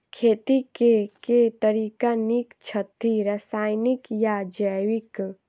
खेती केँ के तरीका नीक छथि, रासायनिक या जैविक?